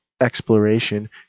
exploration